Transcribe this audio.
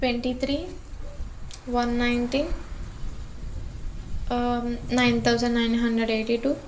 twenty three one nineteen nine thousand nine hundred eighty two